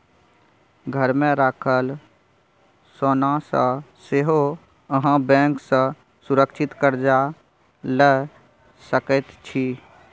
घरमे राखल सोनासँ सेहो अहाँ बैंक सँ सुरक्षित कर्जा लए सकैत छी